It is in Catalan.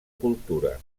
cultura